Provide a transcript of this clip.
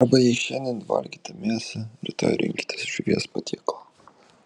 arba jei šiandien valgėte mėsą rytoj rinkitės žuvies patiekalą